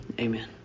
amen